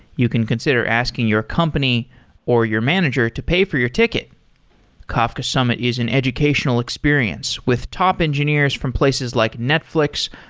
you can consider asking your company or your manager to pay for your ticket kafka summit is an educational experience with top engineers from places like netflix,